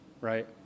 right